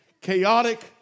chaotic